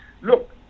look